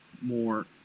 more